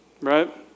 right